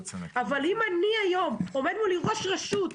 אם היום עומד מולי ראש רשות,